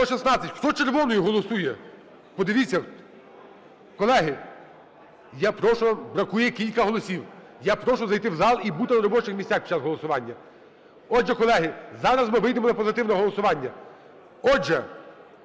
Хто червоною голосує, подивіться. Колеги, я прошу, бракує кілька голосів. Я прошу зайти в зал і бути на робочих місцях під час голосування. Отже, колеги, зараз ми вийдемо на позитивне голосування. Отже,